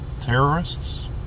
terrorists